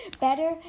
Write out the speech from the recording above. better